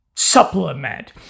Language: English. Supplement